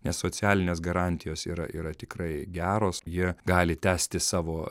nes socialinės garantijos yra yra tikrai geros jie gali tęsti savo